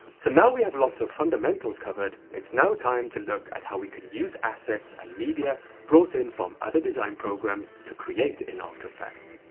so now we have lots of fundamentals covered it's now time to look at how we could use assets and media brought in from other design programs to create in after effects.